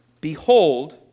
Behold